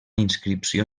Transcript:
inscripció